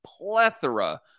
plethora